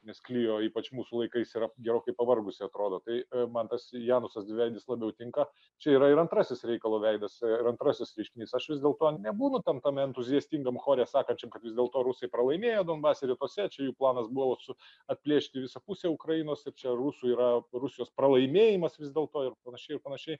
nes klio ypač mūsų laikais yra gerokai pavargusi atrodo tai mantas janusas dviveidis labiau tinka čia yra ir antrasis reikalo veidas ir antrasis reiškinys aš vis dėlto nebūnu ten tame entuziastingam chore sakančių kad vis dėlto rusai pralaimėjo donbase ribose čia jų planas buvo atplėšti visą pusę ukrainos ir čia rusų yra rusijos pralaimėjimas vis dėlto ir panašiai ir panašiai